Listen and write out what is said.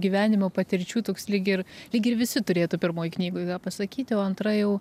gyvenimo patirčių toks lyg ir lyg ir visi turėtų pirmoj knygoje ką pasakyti o antra jau